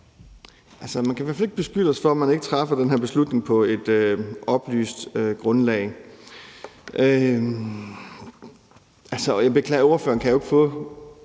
Man kan i hvert fald ikke beskylde os for, at man ikke træffer den her beslutning på et oplyst grundlag. Og jeg beklager: Ordføreren kan jo ikke få